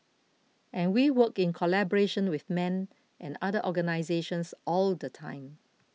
and we work in collaboration with men and other organisations all the time